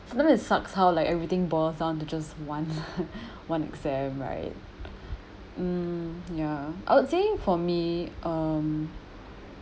and then it sucks how like everything boils down to just one one exam right mm ya I would say for me um